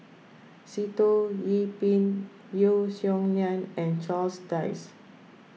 Sitoh Yih Pin Yeo Song Nian and Charles Dyce